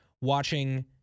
watching